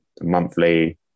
monthly